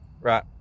right